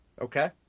Okay